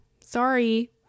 Sorry